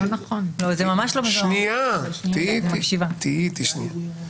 או אחר --- רגע, תהיי איתי שנייה.